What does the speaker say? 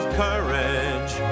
courage